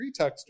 pretexter